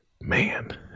Man